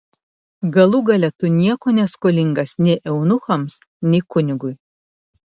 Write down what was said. galų gale tu nieko neskolingas nei eunuchams nei kunigui